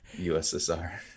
USSR